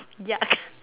ya